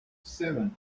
seven